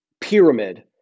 pyramid